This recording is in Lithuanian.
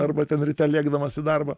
arba ten ryte lėkdamas į darbą